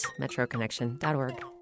metroconnection.org